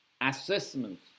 assessment